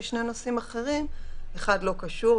שני נושאים אחרים: אחד לא קשור,